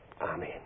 amen